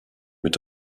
mit